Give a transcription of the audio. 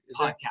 podcast